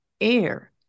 air